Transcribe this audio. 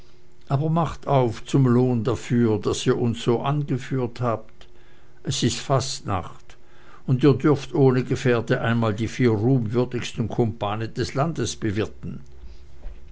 aber macht auf zum lohn dafür daß ihr uns so an geführt habt es ist fastnacht und ihr dürft ohne gefährde einmal die vier ruhmwürdigsten kumpane des landes bewirten